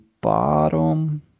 bottom